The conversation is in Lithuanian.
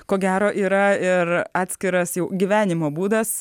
ko gero yra ir atskiras jau gyvenimo būdas